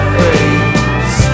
face